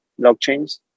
blockchains